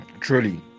truly